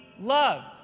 loved